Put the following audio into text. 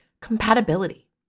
compatibility